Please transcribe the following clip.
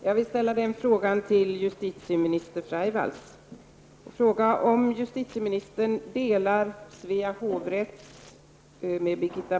Herr talman! Jag vill ställa en fråga till justitieminister Laila Freivalds.